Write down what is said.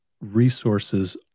resources